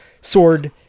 sword